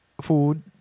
food